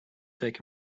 take